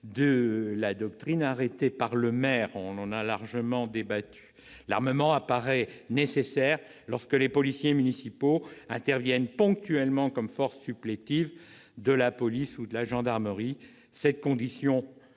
est arrêtée par le maire. Nous avons largement débattu de cette question. L'armement apparaît nécessaire lorsque les policiers municipaux interviennent ponctuellement comme forces supplétives de la police ou de la gendarmerie. Cette condition doit